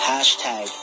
Hashtag